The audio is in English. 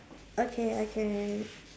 okay okay